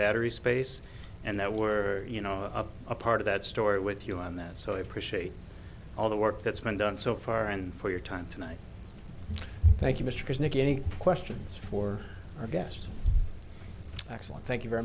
battery space and that were you know a part of that story with you on that so i appreciate all the work that's been done so far and for your time tonight thank you mr carnegie any questions for our guests excellent thank you very